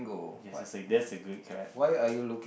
yes yes that's a good card